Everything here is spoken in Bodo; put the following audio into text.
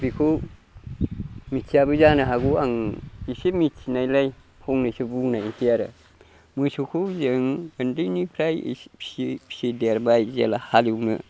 बेखौ मिथियाबो जानो हागौ आं एसे मिथिनायलाय फंनैसो बुंनायनोसै आरो मोसौखौ जों उन्दैनिफ्राय एसे फियै फियै देरबाय जेला हालएवनो